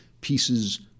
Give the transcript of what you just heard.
pieces